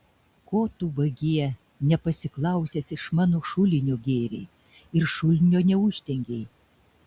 ko tu vagie nepasiklausęs iš mano šulinio gėrei ir šulinio neuždengei